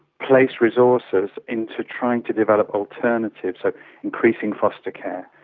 place resources into trying to develop alternatives, so increasing foster care,